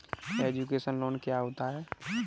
Education loan क्या होता है?